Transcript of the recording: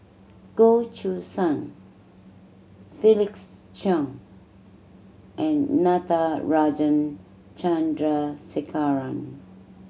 Goh Choo San Felix Cheong and Natarajan Chandrasekaran